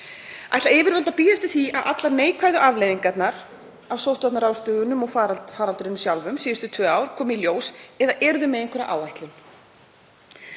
Ætla yfirvöld að bíða eftir því að allar neikvæðu afleiðingarnar af sóttvarnaráðstöfunum og faraldrinum sjálfum síðustu tvö ár komi í ljós eða eru þau með einhverja áætlun?